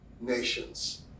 nations